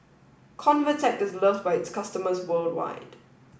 Convatec is loved by its customers worldwide